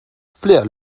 fler